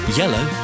yellow